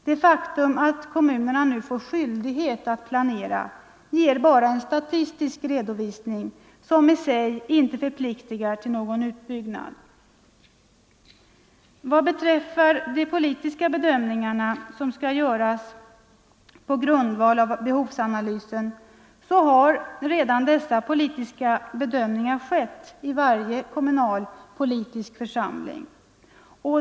Det faktum att kommunerna nu får skyldighet att planera ger bara en statistisk redovisning, som i sig inte förpliktigar till någon utbyggnad. Vad beträffar de politiska bedömningar som skall göras på grundval av behovsanalysen, så har dessa politiska bedömningar redan skett i varje kommunal politisk församling.